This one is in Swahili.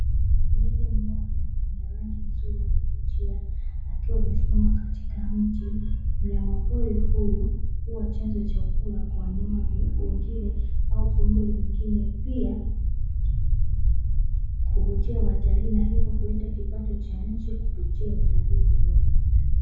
Ndege mmoja mwenye rangi nzuri ya kuvutia akiwa amesimama katika mti, mnyama pori huyu huwa chanzo cha kula kwa wanyama wengine au viumbe wengine, pia huvutia watalii na hivyo huleta kipato cha nchi kupitia utalii huo.